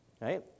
right